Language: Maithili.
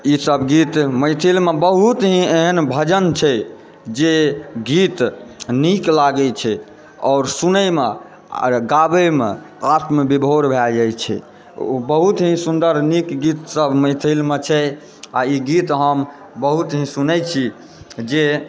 ईसभ गीत मैथिलमे बहुत ही एहन भजन छै जे गीत नीक लागैत छै आओर सुनैमे आओर गाबैमे आत्मविभोर भए जाइत छै ओ बहुत ही सुन्दर नीक गीतसभ मैथिलमे छै आ ई गीत हम बहुत ही सुनैत छी जे